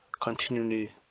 continually